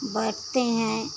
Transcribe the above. बैठते हैं